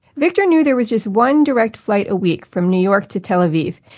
victor knew there was just one direct flight a week from new york to tel aviv.